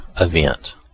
event